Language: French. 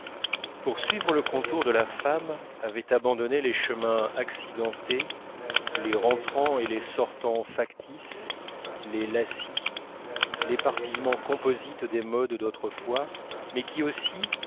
pour suivre le contour de la femme avait abandonné les chemins accidentés les rentrants et les sortants factices les lacis l'éparpillement composite des modes d'autrefois mais qui aussi